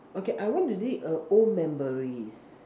okay I want to delete err old memories